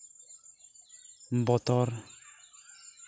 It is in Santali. ᱵᱚᱛᱚᱨ